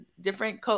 different